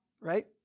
Right